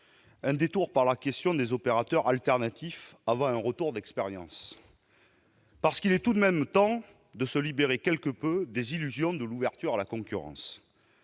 un détour par la question des opérateurs alternatifs avant un retour d'expérience. Il est tout de même temps, en effet, de se libérer quelque peu des illusions de l'ouverture à la concurrence.